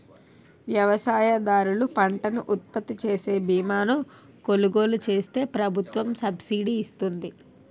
వ్యవసాయదారులు పంటను ఉత్పత్తిచేసే బీమాను కొలుగోలు చేస్తే ప్రభుత్వం సబ్సిడీ ఇస్తుంది